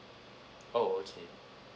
oh okay